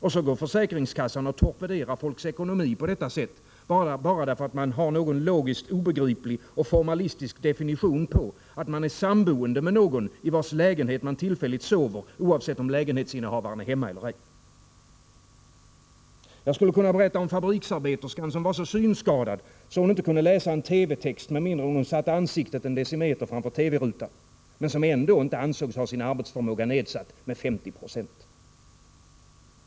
Och så går försäkringskassan och torpederar folks ekonomi på detta sätt, bara därför att försäkringskassan har någon logiskt obegriplig och formalistisk definition på att man är samboende med någon i vars lägenhet man tillfälligt sover, oavsett om lägenhetsinnehavaren är hemma eller ej. Jag skulle kunna berätta om fabriksarbeterskan som var så synskadad att hon inte kunde läsa en TV-text med mindre än att hon satte ansiktet en decimeter framför TV-rutan, men som ändå inte ansågs ha sin arbetsförmåga nedsatt med 50 90.